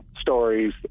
stories